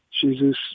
Jesus